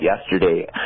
yesterday